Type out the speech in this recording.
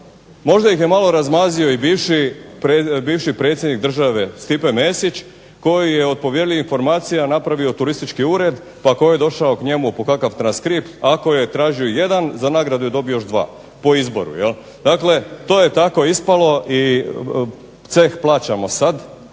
Možda ih je malo razmazio i bivši predsjednik države Stipe Mesić koji je od povjerljivih informacija napravio turistički ured, pa tko je došao k njemu po kakav transkript ako je tražio jedan za nagradu je dobio još dva, po izboru. Dakle, to je tako ispalo i ceh plaćamo sada.